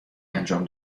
انجام